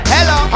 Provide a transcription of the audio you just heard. Hello